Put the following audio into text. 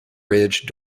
ridge